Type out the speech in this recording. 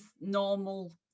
normal